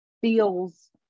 feels